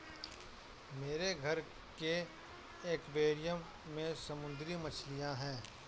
मेरे घर के एक्वैरियम में समुद्री मछलियां हैं